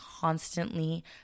constantly